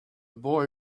boy